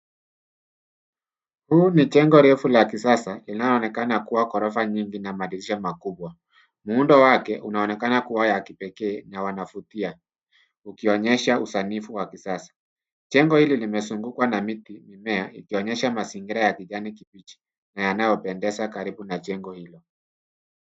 Huu ni jengo refu la kisasa linaloonekana kuwa ghorofa nyingi na madirisha makubwa. Muundo wake unaonekana kuwa ya kipekee na wanavutia ukionyesha usanifu wa kisasa. Jengo hili limezungukwa na miti, mimea ikionyesha mazingira ya kijani kibichi na yanayopendeza karibu na jengo hilo.